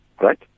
right